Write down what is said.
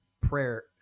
prayer